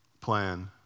plan